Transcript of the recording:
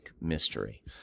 mystery